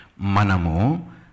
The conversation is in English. manamu